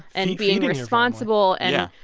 and being responsible and,